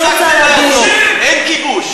אין כיבוש.